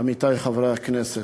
עמיתי חברי הכנסת,